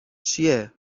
چیه